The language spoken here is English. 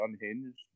unhinged